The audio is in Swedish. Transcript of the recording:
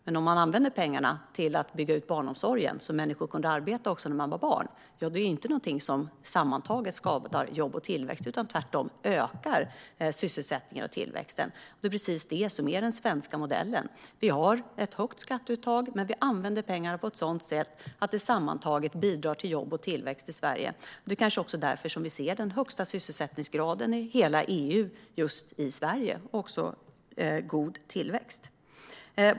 Men om pengarna användes till att bygga ut barnomsorgen, så att människor kunde arbeta också när de fick barn, skulle det inte vara någonting som sammantaget skadar jobben och tillväxten. Tvärtom skulle detta öka sysselsättningen och tillväxten. Det är precis detta som är den svenska modellen. Vi har ett högt skatteuttag, men vi använder pengarna på ett sådant sätt att det sammantaget bidrar till jobb och tillväxt i Sverige. Kanske är det också därför vi ser den högsta sysselsättningsgraden i hela EU just i Sverige. Dessutom är tillväxten god.